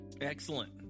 Excellent